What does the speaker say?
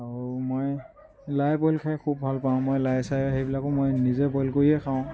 আৰু মই লাই বইল খাই খুব ভাল পাওঁ মই লাই চাই সেইবিলাকো মই নিজে বইল কৰিয়ে খাওঁ